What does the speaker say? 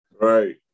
Right